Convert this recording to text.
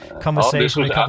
conversation